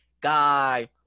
guy